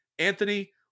Anthony